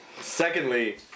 Secondly